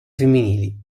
femminili